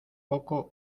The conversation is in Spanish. poco